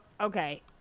okay